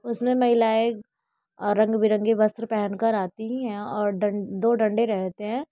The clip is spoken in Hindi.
उसमे महिलायें रंग बिरंगे वस्त्र पहन कर आती हैं और दो डंडे रहते हैं